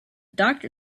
doctor